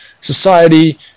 society